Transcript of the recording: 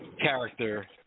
character